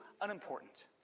unimportant